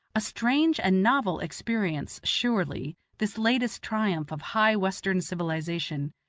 a strange and novel experience, surely, this latest triumph of high western civilization,